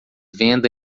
venda